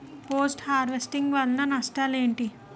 Post harvesting వల్ల నష్టాలు ఏంటి?